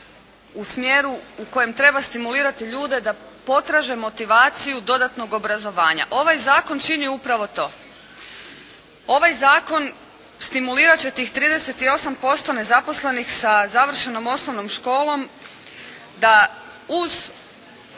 u smjeru u kojem treba stimulirati ljude da potraže motivaciju dodatnog obrazovanja. Ovaj zakon čini upravo to. Ovaj zakon stimulirati će tih 38% nezaposlenih sa završenom osnovnom školom da uz